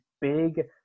big